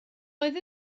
oedd